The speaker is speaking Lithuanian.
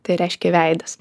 tai reiškia veidas